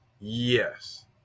Yes